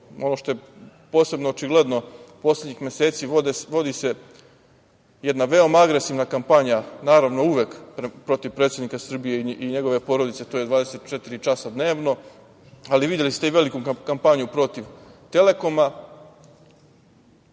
Ono što je posebno očigledno poslednjih meseci vodi se jedna veoma agresivna kampanja, naravno, uvek protiv predsednika Srbije i njegove porodice, to je 24 časa dnevno. Videli ste i veliku kampanju protiv Telekoma